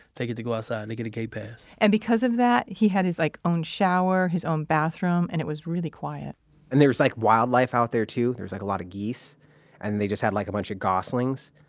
they get to go outside. they get a gate pass and because of that, he had his own, like, shower, his own bathroom and it was really quiet and there was, like, wildlife out there too. there's, like, a lot of geese and they just had like a bunch of goslings.